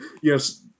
yes